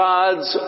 God's